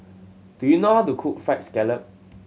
do you know how to cook Fried Scallop